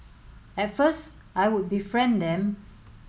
at first I would befriend them